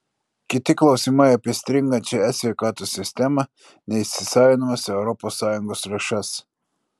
kiti klausimai apie stringančią e sveikatos sistemą neįsisavinamas europos sąjungos lėšas